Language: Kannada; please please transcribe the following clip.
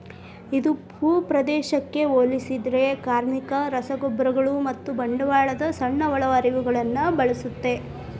ಇದು ಭೂಪ್ರದೇಶಕ್ಕೆ ಹೋಲಿಸಿದರೆ ಕಾರ್ಮಿಕ, ರಸಗೊಬ್ಬರಗಳು ಮತ್ತು ಬಂಡವಾಳದ ಸಣ್ಣ ಒಳಹರಿವುಗಳನ್ನು ಬಳಸುತ್ತದೆ